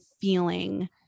feeling